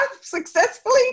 successfully